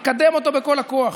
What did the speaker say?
מקדם אותו בכל הכוח.